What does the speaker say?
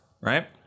right